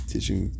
Teaching